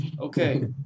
Okay